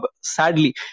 sadly